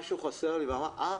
משהו חסר לי' ואמרתי 'אה,